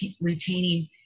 retaining